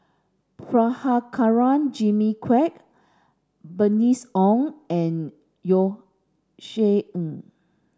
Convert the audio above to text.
Prabhakara Jimmy Quek Bernice Ong and Josef Ng